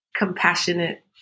Compassionate